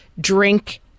drink